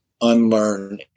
unlearn